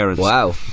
wow